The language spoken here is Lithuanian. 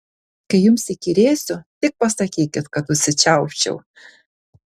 kai jums įkyrėsiu tik pasakykit kad užsičiaupčiau